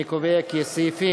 אני קובע כי סעיפים